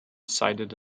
cited